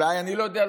אני לא יודע,